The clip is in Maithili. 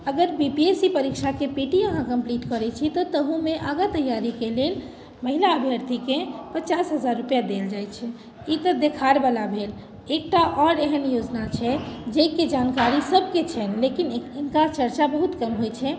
अगर बी पी एस सी परीक्षाके पी टी अहाँ कंप्लीट करै छी तऽ तहूमे आगा तैयारीके लेल महिला अभ्यर्थीके पचास हजार रूपैआ देल जाइ छै ई तऽ देखारवला भेल एकटा आओर एहन योजना छै जाहिके जानकारी सबके छनि लेकिन इनका चर्चा बहुत कम होइ छै